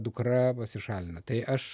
dukra pasišalina tai aš